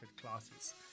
classes